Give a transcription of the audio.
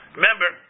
Remember